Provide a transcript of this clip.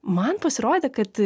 man pasirodė kad